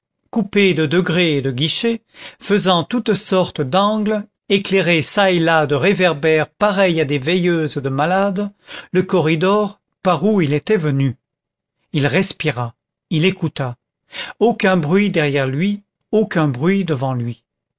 coupé de degrés et de guichets faisant toutes sortes d'angles éclairé çà et là de réverbères pareils à des veilleuses de malades le corridor par où il était venu il respira il écouta aucun bruit derrière lui aucun bruit devant lui